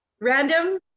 Random